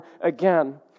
again